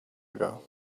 ago